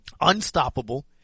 Unstoppable